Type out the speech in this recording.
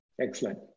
Excellent